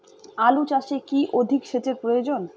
আলু চাষে কি অধিক সেচের প্রয়োজন?